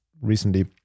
recently